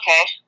okay